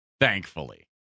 Thankfully